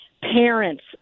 parents